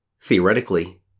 theoretically